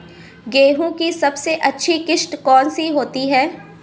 गेहूँ की सबसे अच्छी किश्त कौन सी होती है?